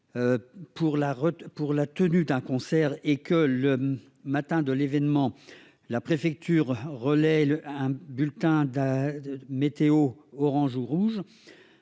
pour la tenue d'un concert et que, le matin de l'événement, la préfecture relaye un bulletin d'alerte météorologique orange ou rouge,